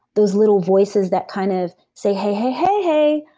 those little voices that kind of say, hey, hey, hey, hey,